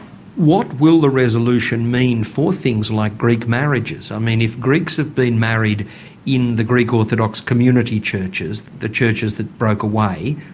what will the resolution mean for things like greek marriages? i mean, if greeks have been married in the greek orthodox community churches, the churches that broke away,